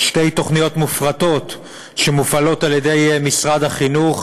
שתי תוכניות מופרטות שמופעלות על ידי משרד החינוך,